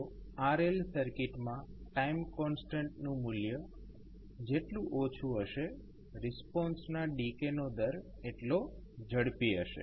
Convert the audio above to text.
તો RL સર્કિટમાં time કોન્સ્ટન્ટનું મૂલ્ય જેટલું ઓછું હશે રિસ્પોન્સના ડીકે નો દર એટલો ઝડપી હશે